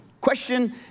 Question